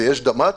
אם יש דמ"צ,